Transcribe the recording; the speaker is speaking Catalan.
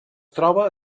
troba